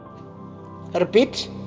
Repeat